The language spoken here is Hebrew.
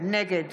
נגד